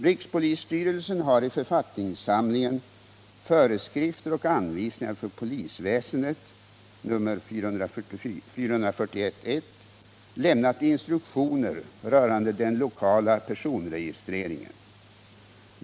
Rikspolisstyrelsen har i författningssamlingen Föreskrifter och anvisningar för polisväsendet, nr 441-1, lämnat instruktioner rörande den lokala personregistreringen.